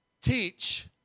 teach